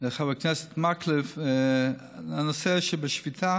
לחבר הכנסת מקלב: הנושא שבשביתה